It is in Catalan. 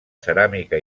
ceràmica